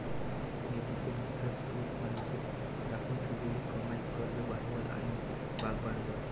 निधीचे मुख्य स्त्रोत म्हणजे राखून ठेवलेली कमाई, कर्ज भांडवल आणि भागभांडवल